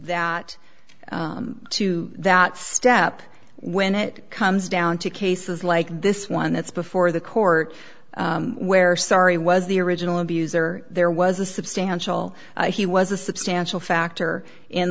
that to that step when it comes down to cases like this one it's before the court where sorry was the original abuser there was a substantial he was a substantial factor in